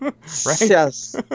Yes